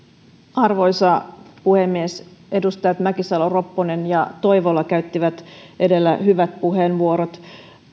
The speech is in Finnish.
arvoisa puhemies edustajat mäkisalo ropponen ja toivola käyttivät edellä hyvät puheenvuorot